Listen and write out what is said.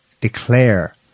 declare